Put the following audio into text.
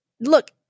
look